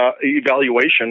evaluation